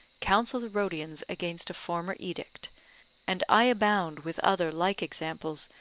counsel the rhodians against a former edict and i abound with other like examples,